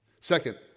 Second